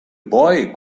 boy